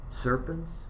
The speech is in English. serpents